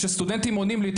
כשסטודנטים עונים לי,